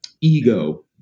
ego